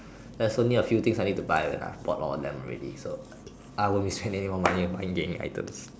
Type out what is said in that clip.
there's only a few thing I need to buy and I bought all of them already so I won't be spending more money buying game items